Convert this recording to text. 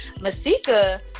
Masika